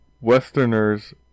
Westerners